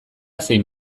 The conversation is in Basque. zein